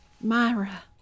Myra